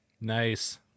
Nice